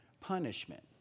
punishment